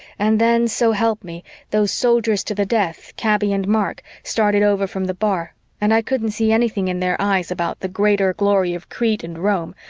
and then, so help me, those soldiers to the death, kaby and mark, started over from the bar and i couldn't see anything in their eyes about the greater glory of crete and rome,